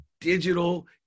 digital